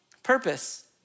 Purpose